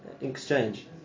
exchange